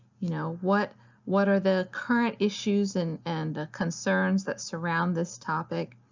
you know, what what are the current issues and and concerns that surround this topic?